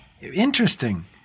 interesting